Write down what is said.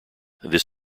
this